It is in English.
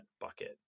bucket